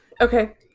Okay